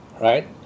Right